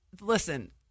listen